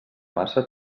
massa